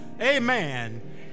Amen